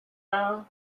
now